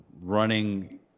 running